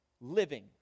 living